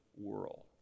world